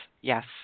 Yes